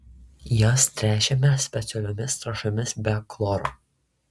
jas tręšiame specialiomis trąšomis be chloro